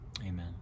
Amen